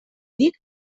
dic